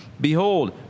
Behold